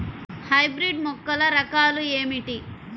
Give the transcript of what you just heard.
Hybrid మొక్కల రకాలు ఏమిటి?